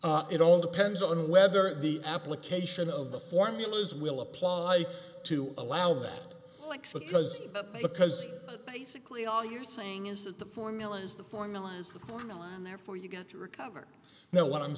recover it all depends on whether the application of the formulas will apply to allow that because basically all you're saying is that the formula is the formula is the formula and therefore you get to recover you know what i'm